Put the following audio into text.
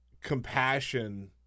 compassion